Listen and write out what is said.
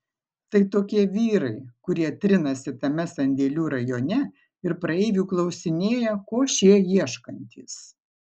tai tokie vyrai kurie trinasi tame sandėlių rajone ir praeivių klausinėja ko šie ieškantys